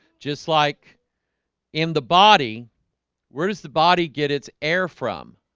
just like in the body where does the body get its air from?